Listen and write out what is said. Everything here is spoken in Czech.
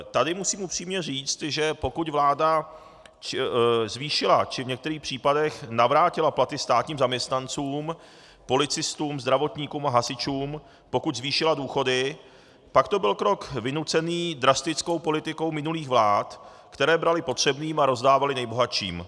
Tady musím upřímně říct, že pokud vláda zvýšila či v některých případech navrátila platy státním zaměstnancům, policistům, zdravotníkům a hasičům, pokud zvýšila důchody, pak to byl krok vynucený drastickou politikou minulých vlád, které braly potřebným a rozdávaly nejbohatším.